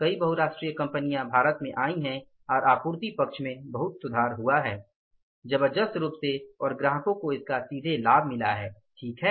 कई बहुराष्ट्रीय कंपनियाँ भारत में आई हैं और आपूर्ति पक्ष में बहुत सुधार हुआ है जबरदस्त रूप से और ग्राहकों को इसका सीधे लाभ मिला है ठीक है